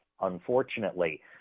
unfortunately